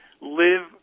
Live